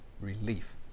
relief